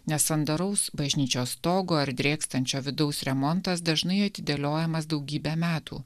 nesandaraus bažnyčios stogo ar drėkstančio vidaus remontas dažnai atidėliojamas daugybę metų